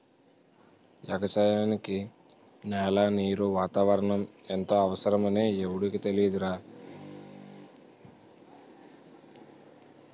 ఎగసాయానికి నేల, నీరు, వాతావరణం ఎంతో అవసరమని ఎవుడికి తెలియదురా